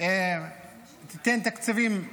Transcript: תיתן תקציבים לעצמאים,